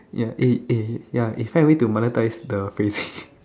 ya eh eh ya you find a way to monetized the phrase